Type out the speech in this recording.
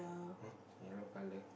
!huh! yellow colour